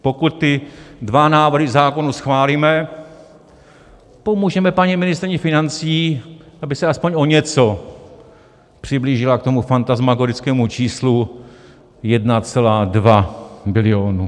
Pokud ty dva návrhy zákonů schválíme, pomůžeme paní ministryni financí, aby se aspoň o něco přiblížila k tomu fantasmagorickému číslu 1,2 bilionu.